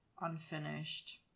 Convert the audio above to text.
unfinished